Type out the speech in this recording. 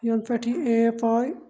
یَنہٕ پٮ۪ٹھ یہِ ایپ آیہِ